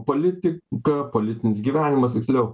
politika politinis gyvenimas tiksliau